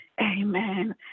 amen